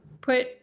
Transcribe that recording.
Put